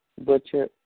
Butcher